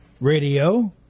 radio